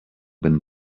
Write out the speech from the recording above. been